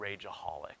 rageaholic